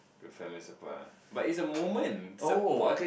good family support ah but it's a moment support